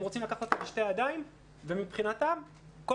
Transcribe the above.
הם רוצים לקחת אותה בשתי ידיים ומבחינתם כל